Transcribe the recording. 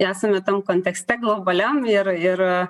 iesame tam kontekste globaliam ir ir